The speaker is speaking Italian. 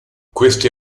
queste